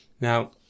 Now